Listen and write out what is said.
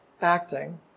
acting